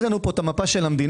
יש לנו פה מפת המדינה.